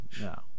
No